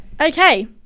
Okay